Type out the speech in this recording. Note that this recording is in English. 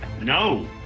no